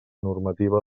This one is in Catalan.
normativa